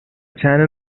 channel